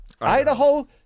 Idaho